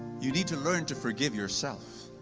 you need to learn to forgive yourself.